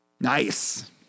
Nice